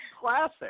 classic